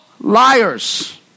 liars